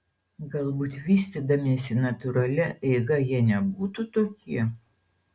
galbūt vystydamiesi natūralia eiga jie nebūtų tokie